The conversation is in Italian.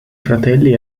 fratelli